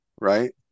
right